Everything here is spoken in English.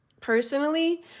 personally